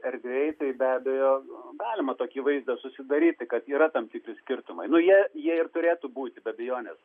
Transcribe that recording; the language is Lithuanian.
erdvėj tai be abejo nu galima tokį vaizdą susidaryti kad yra tam tikri skirtumai nu jie jie ir turėtų būti be abejonės